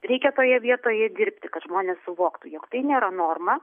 reikia toje vietoje dirbti kad žmonės suvoktų jog tai nėra norma